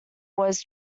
was